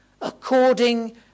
according